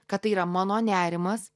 kad tai yra mano nerimas